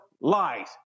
lies